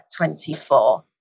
24